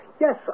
yes